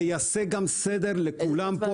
זה יעשה סדר לכולם.